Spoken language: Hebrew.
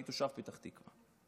אני תושב פתח תקווה,